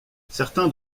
certains